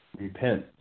Repent